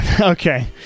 Okay